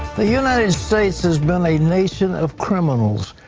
the united states has been a nation of criminals.